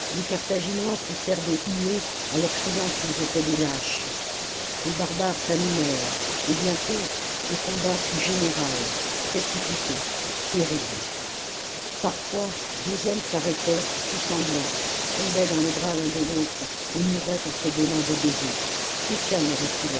les carthaginois poussèrent des huées en leur criant qu'ils étaient des lâches les barbares s'animèrent et bientôt le combat fut général précipité terrible parfois deux hommes s'arrêtaient tout sanglants tombaient dans les bras l'un de l'autre et mouraient en se donnant des baisers aucun ne reculait